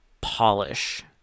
polish